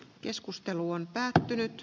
keskustelu on päättynyt